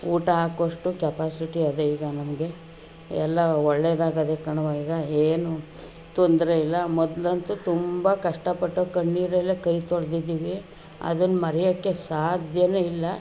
ಊಟ ಹಾಕೊಷ್ಟು ಕೆಪಾಸಿಟಿ ಅದೆ ಈಗ ನಮಗೆ ಎಲ್ಲ ಒಳ್ಳೆಯದಾಗದೆ ಕಣವ್ವ ಈಗ ಏನೂ ತೊಂದರೆ ಇಲ್ಲ ಮೊದ್ಲಂತೂ ತುಂಬ ಕಷ್ಟಪಟ್ಟು ಕಣ್ಣೀರಲ್ಲೇ ಕೈ ತೊಳ್ದಿದೀವಿ ಅದನ್ನು ಮರೆಯೋಕೆ ಸಾಧ್ಯವೇ ಇಲ್ಲ